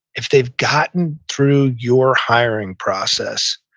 if they've gotten through your hiring process,